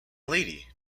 lady